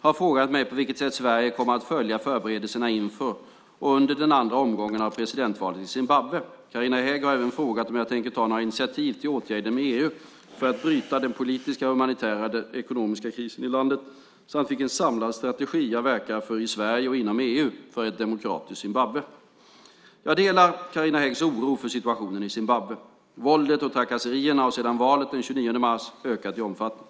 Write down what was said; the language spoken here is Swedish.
har frågat mig på vilket sätt Sverige kommer att följa förberedelserna inför och under den andra omgången av presidentvalet i Zimbabwe. Carina Hägg har även frågat om jag tänker ta några initiativ till åtgärder inom EU för att bryta den politiska, humanitära och ekonomiska krisen i landet samt vilken samlad strategi jag verkat för i Sverige och inom EU för ett demokratiskt Zimbabwe. Jag delar Carina Häggs oro för situationen i Zimbabwe. Våldet och trakasserierna har sedan valet den 29 mars ökat i omfattning.